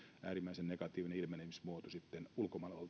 äärimmäisen negatiivinen ilmenemismuoto ulkomailla